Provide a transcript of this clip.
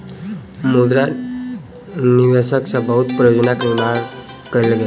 मुद्रा निवेश सॅ बहुत परियोजना के निर्माण कयल गेल